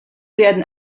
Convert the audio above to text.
werden